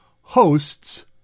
hosts